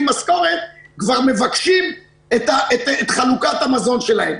משכורת כבר מבקשים את חלוקת המזון שלהם.